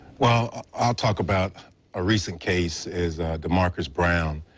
well, i'll talk about a recent case as the marcus brown.